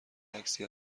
عکسی